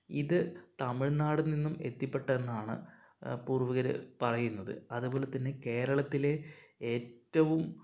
ഇത് തമിഴ്നാടിൽനിന്നും എത്തിപെട്ടെന്നാണ് പൂർവികര് പറയുന്നത് അതുപോലെതന്നെ കേരളത്തില് ഏറ്റവും